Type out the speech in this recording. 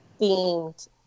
themed